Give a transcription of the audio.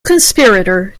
conspirator